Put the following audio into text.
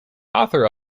author